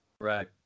Right